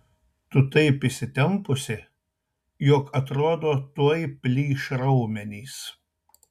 tu taip įsitempusi jog atrodo tuoj plyš raumenys